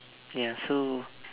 ya so